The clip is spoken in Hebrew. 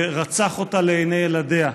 ורצח אותה לעיני ילדיה.